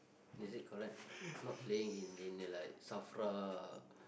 is it correct not not playing in in in like Safra